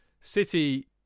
City